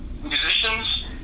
musicians